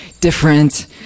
different